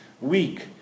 weak